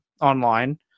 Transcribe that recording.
online